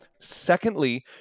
Secondly